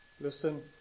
Listen